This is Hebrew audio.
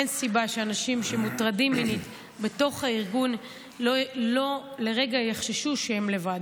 אין סיבה שאנשים שמוטרדים בתוך הארגון לרגע יחששו שהם לבד.